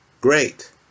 Great